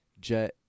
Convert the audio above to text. jet